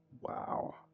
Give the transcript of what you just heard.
Wow